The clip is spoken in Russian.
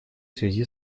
связи